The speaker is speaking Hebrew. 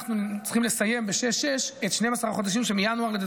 אנחנו צריכים לסיים ב-6.6 את 12 החודשים שמינואר ועד